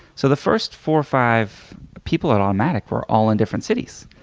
so the first four or five people on automattic were all in different cities.